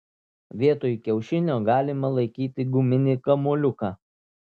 vietoj kiaušinio galima laikyti guminį kamuoliuką